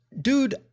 Dude